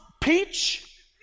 peach